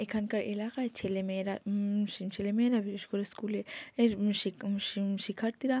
এখানকার এলাকায় ছেলে মেয়েরা সে ছেলে মেয়েরা বিশেষ করে স্কুলে এর শিক্ষার্থীরা